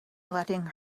letting